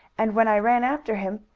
and, when i ran after him,